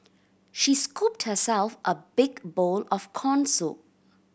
she scooped herself a big bowl of corn soup